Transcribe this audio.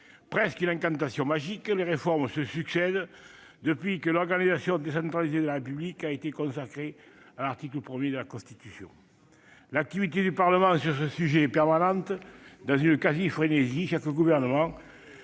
presque une incantation magique ! Les réformes se succèdent depuis que l'organisation décentralisée de la République a été consacrée à l'article 1 de la Constitution. L'activité du Parlement sur ce sujet est permanente et quasiment frénétique, chaque gouvernement